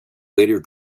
later